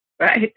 right